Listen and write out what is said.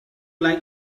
like